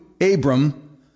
Abram